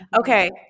Okay